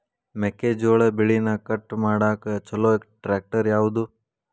ಮೆಕ್ಕೆ ಜೋಳ ಬೆಳಿನ ಕಟ್ ಮಾಡಾಕ್ ಛಲೋ ಟ್ರ್ಯಾಕ್ಟರ್ ಯಾವ್ದು?